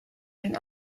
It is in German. wenn